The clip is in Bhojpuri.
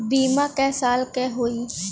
बीमा क साल क होई?